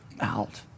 out